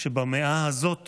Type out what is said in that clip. שבמאה הזאת